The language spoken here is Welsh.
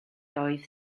oedd